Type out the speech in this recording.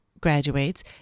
graduates